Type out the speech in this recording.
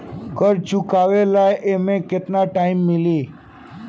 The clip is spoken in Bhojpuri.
कर्जा चुकावे ला एमे केतना टाइम मिली?